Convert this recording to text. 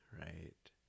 right